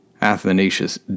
Athanasius